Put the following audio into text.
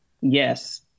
yes